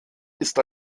ist